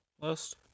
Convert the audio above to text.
list